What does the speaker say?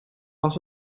als